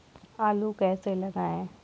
आलू कैसे लगाएँ?